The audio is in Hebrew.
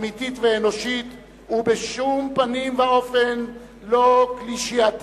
אמיתית ואנושית, ובשום פנים ואופן לא קלישאתית.